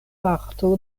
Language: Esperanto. parto